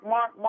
Mark